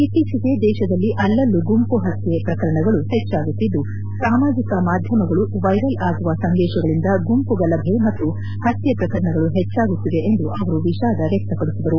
ಇತ್ತೀಚೆಗೆ ದೇಶದ ಅಲ್ಲಲ್ಲಿ ಗುಂಪು ಪತ್ಯ ಪ್ರಕರಣಗಳು ಹೆಚ್ಚಾಗುತ್ತಿದ್ದು ಸಾಮಾಜಿಕ ಮಾಧ್ಯಮಗಳಲ್ಲಿ ವೈರಲ್ ಆಗುವ ಸಂದೇಶಗಳಿಂದ ಗುಂಪು ಗಲಭೆ ಮತ್ತು ಪತ್ಯ ಪ್ರಕರಣಗಳು ಹೆಚ್ಚಾಗುತ್ತಿದೆ ಎಂದು ಅವರು ವಿಷಾದ ವ್ಯಕ್ತಪಡಿಸಿದರು